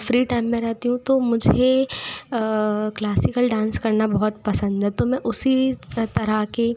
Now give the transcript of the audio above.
free time में रहती हूँ तो मुझे क्लासिकल डांस करना बहुत पसंद है तो मैं उसी तरह के